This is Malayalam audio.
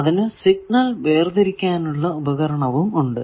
അതിനു സിഗ്നൽ വേർതിരിക്കാനുള്ള ഉപകരണവും ഉണ്ട്